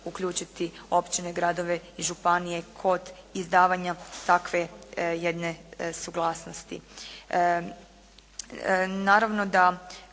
uključiti općine, gradove i županije kod izdavanja takve jedne suglasnosti.